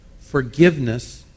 Forgiveness